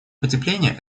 потепления